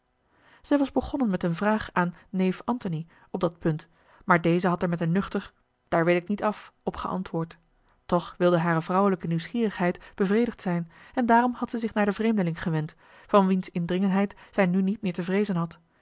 zij was begonnen met eene vraag aan neef antony op dat a l g bosboom-toussaint de delftsche wonderdokter eel maar deze had er met een nuchter daar weet ik niet af op geantwoord toch wilde hare vrouwelijke nieuwsgierigheid bevredigd zijn en daarom had zij zich naar den vreemdeling gewend van wiens indringendheid zij nu niet meer te vreezen had